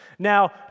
Now